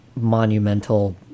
monumental